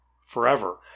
forever